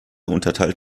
unterteilt